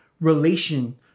relation